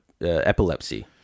epilepsy